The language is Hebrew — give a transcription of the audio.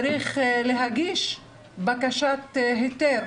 לחל"ת, צריך להגיש בקשת היתר